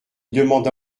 demanda